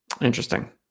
interesting